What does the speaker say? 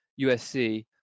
USC